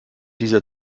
dieser